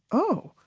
oh,